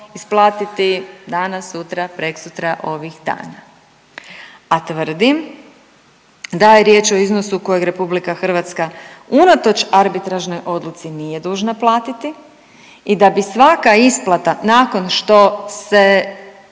isplatiti danas, sutra, preksutra, ovih dana. A tvrdim da je riječ o iznosu kojeg Republika Hrvatska unatoč arbitražnoj odluci nije dužna platiti i da bi svaka isplata nakon što se